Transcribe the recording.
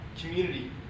community